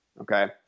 okay